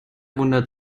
wundert